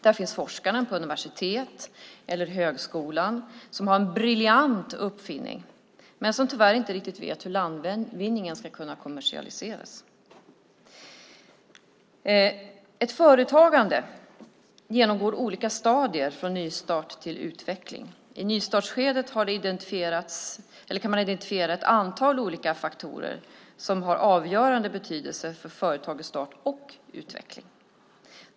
Det finns forskare på universitet eller högskola som har en briljant uppfinning men som tyvärr inte riktigt vet hur landvinningen ska kunna kommersialiseras. Ett företagande genomgår olika stadier från nystart till utveckling. I nystartsskedet kan man identifiera ett antal olika faktorer som har avgörande betydelse för företagets start och utveckling.